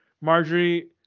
marjorie